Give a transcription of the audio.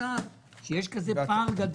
זכות הדיבור שלך.